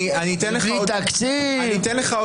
בגלל זה הגשתי הסתייגות, תצביע עם ההסתייגות שלי.